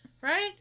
Right